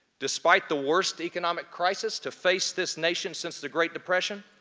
despite the worst economic crisis to face this nation since the great depression,